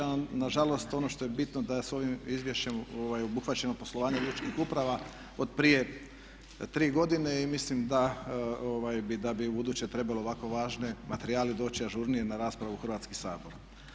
A nažalost ono što je bitno da s ovim izvješćem je obuhvaćeno poslovanje lučkih uprava od prije 3 godine i mislim da bi ubuduće trebalo ovako važni materijali doći ažurnije na raspravu u Hrvatski sabor.